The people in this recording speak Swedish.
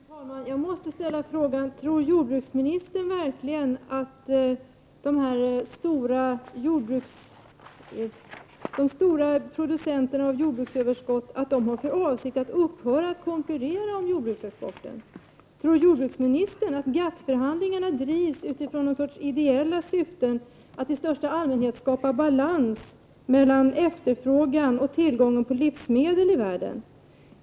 Fru talman! Jag måste ställa frågan: Tror jordbruksministern verkligen att de stora producenterna av jordbruksöverskott har för avsikt att upphöra att konkurrera om jordbruksexporten? Tror jordbruksministern att GATT förhandlingarna förs utifrån någon sorts ideella syften att i största allmänhet skapa balans mellan efterfrågan och tillgång på livsmedel i världen?